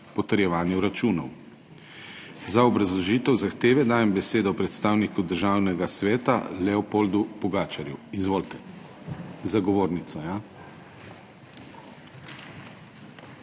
potrjevanju računov. Za obrazložitev zahteve dajem besedo predstavniku Državnega sveta, Leopoldu Pogačarju. Izvolite. Za govornico, ja.